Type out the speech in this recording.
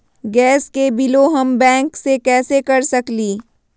Gas के बिलों हम बैंक से कैसे कर सकली?